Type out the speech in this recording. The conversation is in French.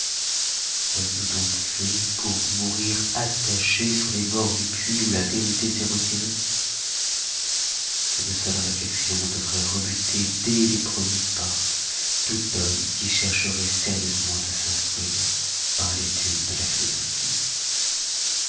sommes-nous donc faits pour mourir attachés sur les bords du puits où la vérité s'est retirée cette seule réflexion devroit rebuter dès les premiers pas tout homme qui chercheroit sérieusement à s'instruire par l'étude de la philosophie